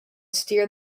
steer